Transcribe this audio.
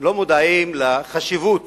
שלא מודעים לחשיבות